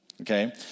okay